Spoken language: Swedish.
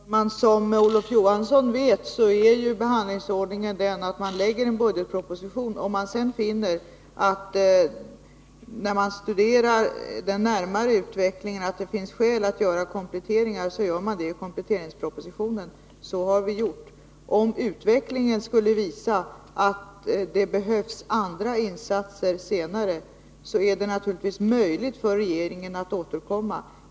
Herr talman! Som Olof Johansson vet är behandlingsordningen den, att man framlägger en budgetproposition, och om man sedan när man studerar utvecklingen närmare finner att det finns skäl att göra kompletteringar, så gör man det i kompletteringspropositionen. Så har vi gjort. Om utvecklingen skulle visa att det behövs andra insatser senare, är det naturligtvis möjligt för regeringen att återkomma.